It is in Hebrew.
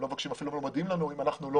הם אפילו לא מודיעים לנו ואם אנחנו לא